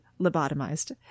lobotomized